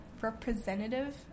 representative